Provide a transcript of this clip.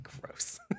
Gross